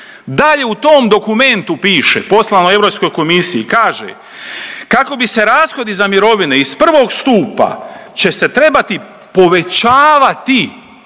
Dalje u tom dokumentu piše, poslano Europskoj komisiji kaže, kako bi se rashodi za mirovine iz prvog stupa će se trebati povećavati,